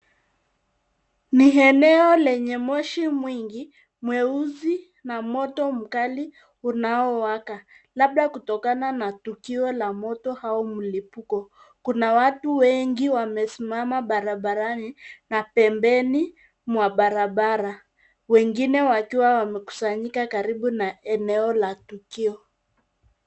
Ni eneo lenye moshi mwingi mweusi na moto mkali unaowaka labda kutokana na tukio la moto au mlipuko. Kuna watu wengi wamesimama barabarani na pembeni mwa barabara, wengine wakiwa wamekusanyika karibu na eneo la tukio.